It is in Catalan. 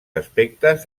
aspectes